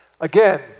Again